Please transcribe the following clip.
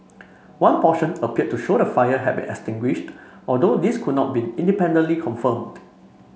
one portion appeared to show the fire had been extinguished although this could not be independently confirmed